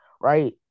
right